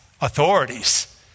authorities